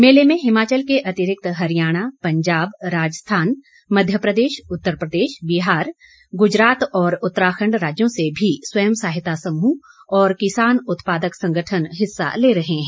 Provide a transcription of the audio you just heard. मेले में हिमाचल के अतिरिक्त हरियाणा पंजाब राजस्थान मध्यप्रदेश उत्तर प्रदेश बिहार गुजरात और उत्तराखंड राज्यों से भी स्वयं सहायता समूह और किसान उत्पादक संगठन हिस्सा ले रहे हैं